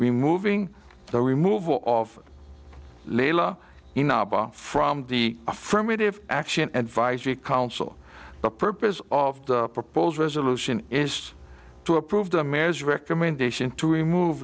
removing the remove all off from the affirmative action advisory council the purpose of the proposed resolution is to approve them as recommendation to remove